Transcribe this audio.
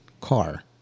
car